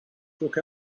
took